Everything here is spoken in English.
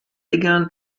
began